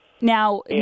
Now